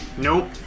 Nope